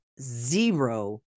zero